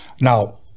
now